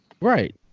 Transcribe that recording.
Right